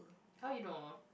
how you know